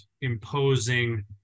imposing